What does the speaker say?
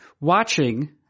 watching